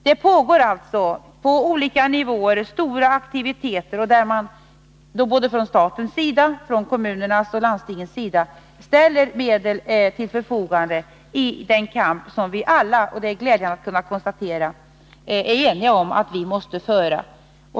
Det pågår således stora aktiviteter på olika nivåer, där både staten, kommunerna och landstingen ställer medel till förfogande i den kamp som vi alla — det är glädjande att kunna konstatera — är ense om att vi måste föra.